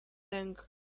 tank